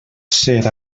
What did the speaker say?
ser